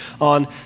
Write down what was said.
on